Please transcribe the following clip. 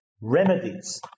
remedies